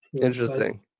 Interesting